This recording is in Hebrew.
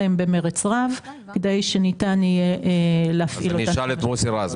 התקנות במרץ רב כדי שניתן יהיה --- אז אשאל את מוסי רז.